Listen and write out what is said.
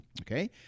Okay